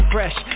Fresh